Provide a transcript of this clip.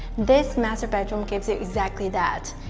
this master bedroom gives you exactly that.